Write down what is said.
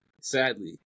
sadly